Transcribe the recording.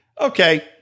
okay